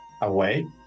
away